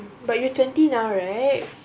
but you twenty now right